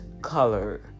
color